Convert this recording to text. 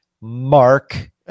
Mark